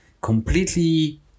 completely